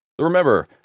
remember